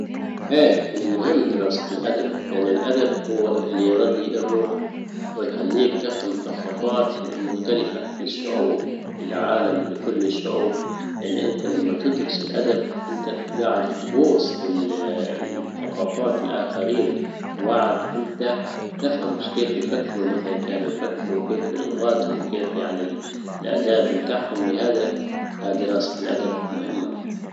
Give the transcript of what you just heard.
هاي من المهم دراسة الادب لان الادب هو اللي يغذي الروح ويخليك تفهم الثقافات المختلفة للشعوب للعالم لكل الشعوب لان انت لما تدرس الادب انت قاعد تغوص في الثقافات الاخرين واعد انت كيف يفكروا مثلا كانوا يفكروا كيف لغاتهم كيف يعني الاداب بتاعهم, لهذا دراسة الادب مهمة